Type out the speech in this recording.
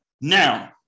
Now